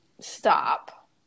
Stop